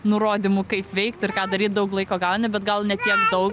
nurodymų kaip veikt ir ką daryt daug laiko gauni bet gal ne tiek daug